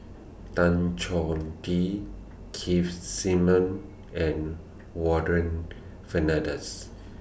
Tan Choh Tee Keith Simmons and Warren Fernandez